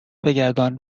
بگردان